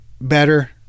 better